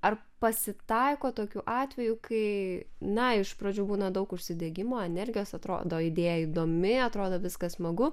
ar pasitaiko tokių atvejų kai na iš pradžių būna daug užsidegimo energijos atrodo idėja įdomi atrodo viskas smagu